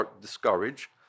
discourage